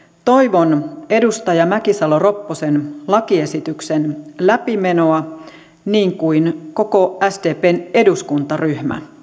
toivon edustaja mäkisalo ropposen lakiesityksen läpimenoa niin kuin koko sdpn eduskuntaryhmä